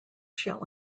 shall